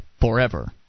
forever